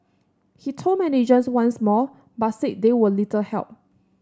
he told managers once more but said they were little help